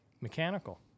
mechanical